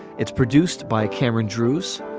it's produced by cameron drewes.